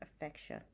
affection